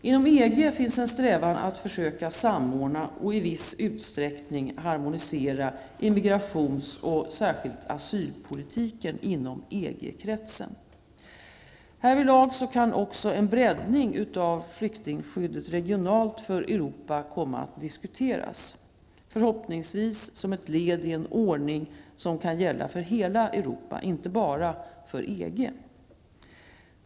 Inom EG finns en strävan att försöka samordna och i viss utsträckning harmonisera immigrations och särskilt asylpolitiken inom EG-kretsen. Härvidlag kan också en breddning av flyktingskyddet regionalt för Europa komma att diskuteras, förhoppningsvis som ett led i en ordning som kan gälla för hela Europa, inte bara för EG.